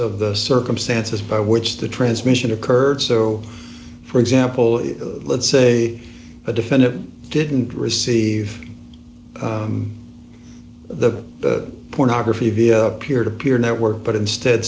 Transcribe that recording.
of the circumstances by which the transmission occurred so for example let's say a defendant didn't receive the pornography via peer to peer network but instead